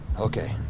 Okay